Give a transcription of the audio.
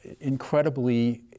Incredibly